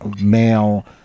male